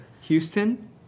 Houston